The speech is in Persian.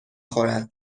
خورد